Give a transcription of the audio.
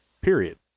period